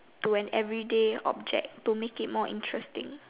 to an everyday object to make it more interesting